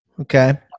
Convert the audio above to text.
Okay